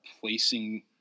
placing